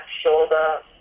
shoulder